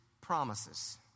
promises